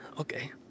Okay